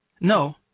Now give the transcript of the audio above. no